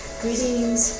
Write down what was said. greetings